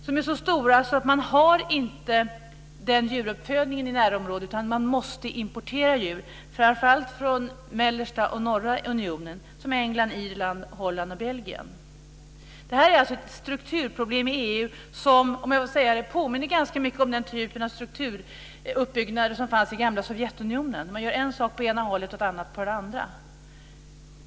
De är så stora att man inte har en sådan djuruppfödning i närområdet utan att man måste importera djur, framför allt från mellersta och norra unionen, t.ex. England, Irland, Holland och Belgien. Detta är alltså ett strukturproblem i EU som, om jag får säga det, påminner ganska mycket om den typen av strukturuppbyggnader som fanns i gamla Sovjetunionen. Man gör en sak på ett håll och en annan på ett annat håll.